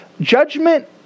Judgment